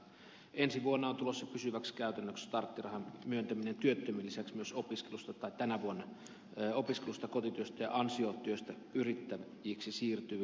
tänä vuonna on tulossa pysyväksi käytännöksi starttirahan myöntäminen työttömien lisäksi myös opiskelusta kotityöstä ja ansiotyöstä yrittäjiksi siirtyville